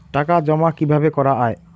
টাকা জমা কিভাবে করা য়ায়?